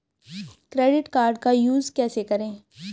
Credit card का use कैसे करें?